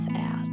out